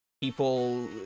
people